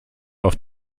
auf